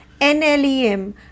NLEM